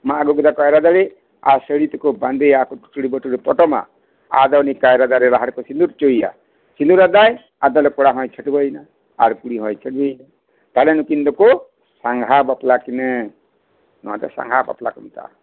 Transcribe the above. ᱢᱟᱜ ᱟᱹᱜᱩ ᱠᱮᱫᱟ ᱠᱚ ᱠᱟᱭᱨᱟ ᱫᱟᱨᱮ ᱟᱨ ᱥᱟᱹᱲᱤ ᱛᱮᱠᱚ ᱵᱟᱸᱫᱮᱭᱟ ᱟᱨᱠᱚ ᱴᱩᱴᱩᱨᱤ ᱵᱟᱹᱴᱩᱨᱤ ᱯᱚᱴᱚᱢᱟ ᱟᱫᱚ ᱩᱱᱤ ᱠᱟᱭᱨᱟ ᱫᱟᱨᱮ ᱞᱟᱦᱟ ᱨᱮᱠᱚ ᱥᱤᱫᱩᱨ ᱚᱪᱚᱭᱮᱭᱟ ᱥᱤᱫᱩ ᱟᱫᱟᱭ ᱟᱫᱚ ᱛᱟᱦᱚᱞᱮ ᱠᱚᱲᱟ ᱦᱚᱸᱭ ᱪᱷᱟᱹᱰᱚᱣᱟᱹᱭᱮᱱᱟᱹ ᱟᱨ ᱠᱩᱲᱤ ᱦᱚᱸᱭ ᱪᱷᱟᱹᱰᱚᱭᱤ ᱮᱱᱟ ᱛᱟᱦᱚᱞᱮ ᱱᱩᱠᱤᱱ ᱫᱚᱠᱚ ᱥᱟᱸᱜᱷᱟ ᱵᱟᱯᱞᱟ ᱠᱤᱱᱟᱹ ᱱᱚᱶᱟ ᱫᱚ ᱥᱟᱸᱜᱷᱟ ᱵᱟᱯᱞᱟ ᱠᱚ ᱢᱮᱛᱟᱜᱼᱟ